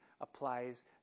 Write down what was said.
applies